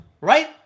right